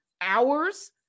hours